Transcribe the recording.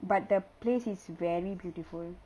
but the place is very beautiful